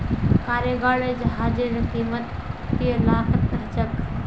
cargo जहाजेर कीमत त लाखत ह छेक